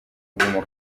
kuguma